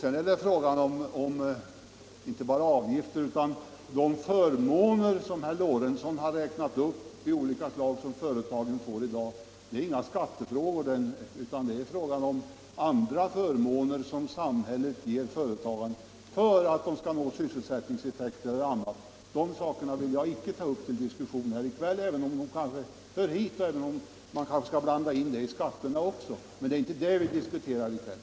Vidare är det inte bara fråga om avgifter utan också om de förmåner av olika slag som företagen får i dag och som herr Lorentzon har räknat upp. Det är således inga skattefrågor, utan här gäller det förmåner som samhället ger företagarna för att de skall nå en bra sysselsättningseffekt eller av andra skäl. De sakerna vill jag emellertid icke ta upp till diskussion här i kväll — även om de kanske hör hit; man kanske skall blanda in dem i skattedebatten också. Men det är inte vad vi skall diskutera i kväll.